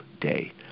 day